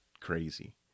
crazy